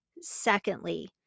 Secondly